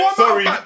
sorry